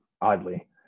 oddly